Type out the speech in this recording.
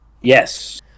Yes